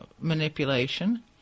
manipulation